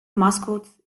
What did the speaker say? mascot